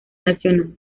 nacional